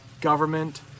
government